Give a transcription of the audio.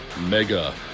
Mega